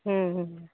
हूँ हूँ